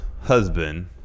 husband